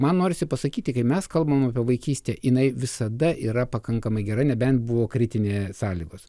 man norisi pasakyti kai mes kalbam apie vaikystę jinai visada yra pakankamai gera nebent buvo kritinė sąlygos